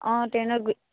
অঁ